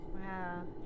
Wow